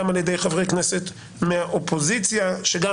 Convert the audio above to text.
גם על ידי חברי כנסת מהאופוזיציה שגם